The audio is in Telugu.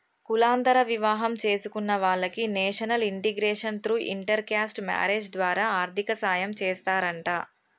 కులాంతర వివాహం చేసుకున్న వాలకి national integration through inter caste marriage ద్వారా ఆర్థిక సాయం చేస్తారంట